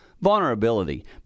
vulnerability